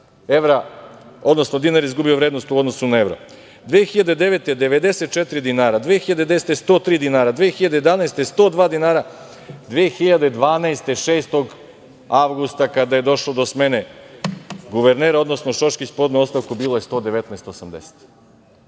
evra, odnosno dinar izgubio vrednost u odnosu na evro, 2009. godine 94 dinara, 2010. godine 103 dinara, 2011. godine 102 dinara, 2012. godine 6. avgusta, kada je došlo do smene guvernera, odnosno Šoškić podneo ostavku, bilo je 119,80